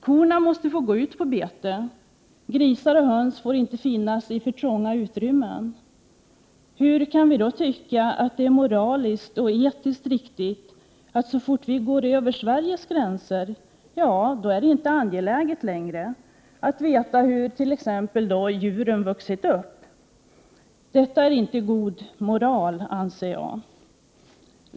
Korna måste få gå ute på bete, grisar och höns får inte finnas i för trånga utrymmen. Hur kan vi då tycka att det är moraliskt och etiskt riktigt att så fort vi går över Sveriges gränser är det inte angeläget längre att veta t.ex. hur djuren har vuxit upp? Detta är inte god moral, anser jag.